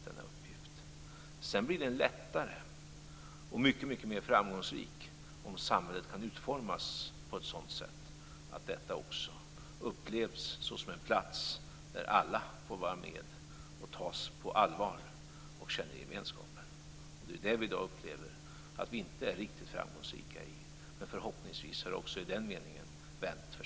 Det blir lättare och mer framgångsrikt om samhället kan utformas på ett sådant sätt att detta också upplevs som en plats där alla får vara med och tas på allvar och känner gemenskap. Det är det vi i dag upplever att vi inte är riktigt framgångsrika i. Förhoppningsvis har det också i den meningen vänt för